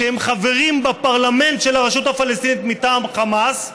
שהם חברים בפרלמנט של הרשות הפלסטינית מטעם חמאס.